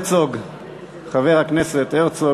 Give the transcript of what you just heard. חבר הכנסת הרצוג,